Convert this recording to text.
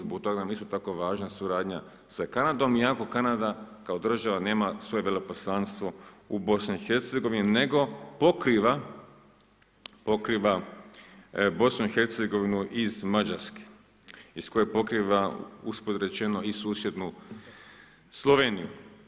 Zbog toga nam nisu tako važna suradnja sa Kanadom iako Kanada kao država nema svoje veleposlanstvo u BIH, nego pokriva BIH iz Mađarske, iz koje pokriva usput rečeno i susjednu Sloveniju.